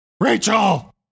Rachel